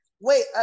Wait